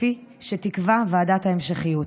כפי שתקבע ועדת ההמשכיות.